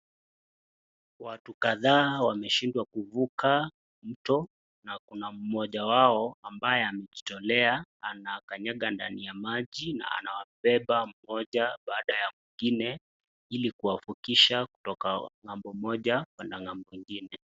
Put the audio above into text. Watu kadhaa wameshindwa kuvuka mto na kuna mmoja wao ambaye amejitolea anakanyaga ndani ya maji na anawabeba mmoja baada ya mwingine ili kuwavukisha kutoka ng'ambo moja kwenda ng'ambo ingine.